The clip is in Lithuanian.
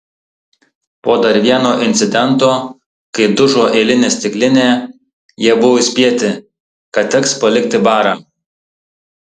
po dar vieno incidento kai dužo eilinė stiklinė jie buvo įspėti kad teks palikti barą